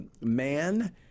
man